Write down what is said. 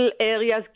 areas